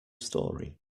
story